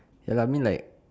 ya lah mean like